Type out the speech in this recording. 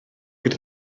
gyda